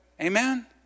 Amen